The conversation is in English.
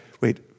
wait